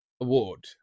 award